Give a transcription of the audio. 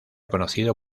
conocido